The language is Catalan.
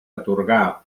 atorgar